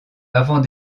avant